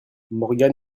morgan